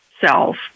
self